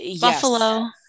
Buffalo